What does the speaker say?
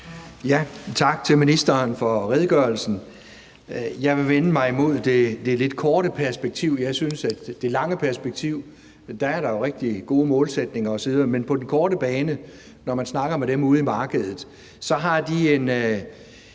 (V): Tak til ministeren for redegørelsen. Jeg vil vende mig mod det lidt korte perspektiv. Jeg synes, at der med hensyn til det lange perspektiv er rigtig gode målsætninger osv., men på den korte bane er det sådan, at når man snakker med dem ude i markedet, har de en